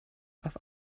auf